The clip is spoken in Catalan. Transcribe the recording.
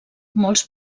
molts